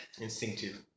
instinctive